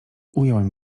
ująłem